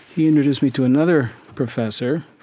he introduced me to another professor,